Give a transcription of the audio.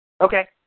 Okay